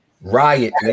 riot